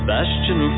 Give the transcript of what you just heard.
Bastion